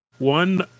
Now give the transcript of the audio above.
One